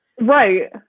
Right